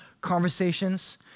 conversations